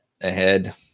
ahead